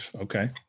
okay